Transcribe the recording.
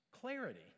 clarity